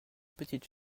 petites